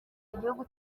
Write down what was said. igihugu